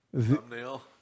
Thumbnail